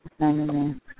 amen